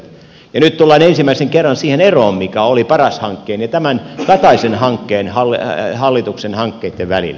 nyt tullaan ensimmäisen kerran siihen eroon mikä oli paras hankkeen ja tämän kataisen hallituksen hankkeitten välillä